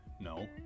No